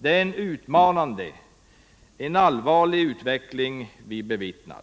Det är en utmanande och allvarlig utveckling vi bevittnar.